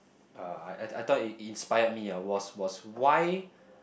uh I I thought it inspired me ah was was why